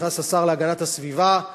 נכנס השר להגנת הסביבה.